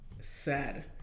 sad